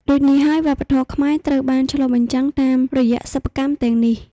ដូចនេះហើយវប្បធម៌ខ្មែរត្រូវបានឆ្លុះបញ្ចាំងតាមរយៈសិប្បកម្មទាំងនេះ។